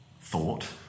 thought